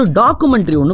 documentary